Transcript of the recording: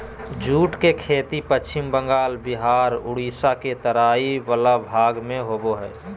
jute के खेती पश्चिम बंगाल बिहार उड़ीसा के तराई वला भाग में होबो हइ